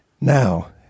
Now